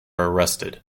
arrested